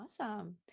Awesome